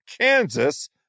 Kansas